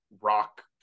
Rock